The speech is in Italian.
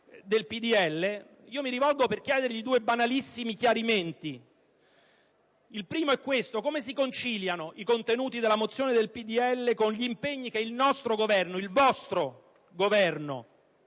del PdL, mi rivolgo per chiedergli due banalissimi chiarimenti. Il primo è il seguente: come si conciliano i contenuti della mozione del PdL con gli impegni che il nostro Governo (il vostro Governo),